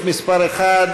אחמד טיבי,